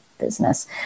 business